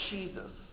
Jesus